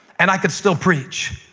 and i could still preach,